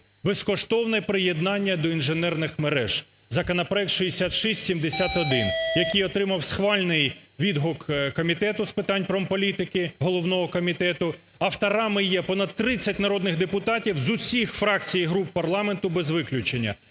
Безкоштовне приєднання до інженерних мереж, законопроект 6671, який отримав схвальний відгук Комітету з питань промполітики, головного комітету, авторами є понад 30 народних депутатів з усіх фракцій і груп парламенту без виключення.